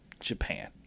Japan